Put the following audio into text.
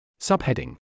Subheading